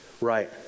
Right